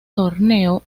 torneo